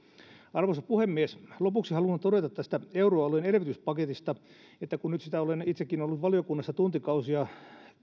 arvoisa puhemies lopuksi haluan todeta tästä euroalueen elvytyspaketista kun sitä nyt olen itsekin ollut valiokunnassa tuntikausia